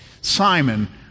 Simon